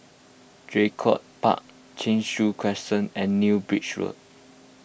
Draycott Park Cheng Soon Crescent and New Bridge Road